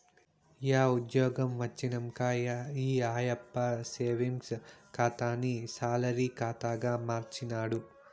yeah ఉజ్జ్యోగం వచ్చినంక ఈ ఆయప్ప సేవింగ్స్ ఖాతాని సాలరీ కాతాగా మార్చినాడు